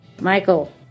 Michael